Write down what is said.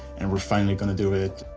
and we're finally going to do it.